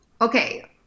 Okay